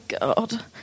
God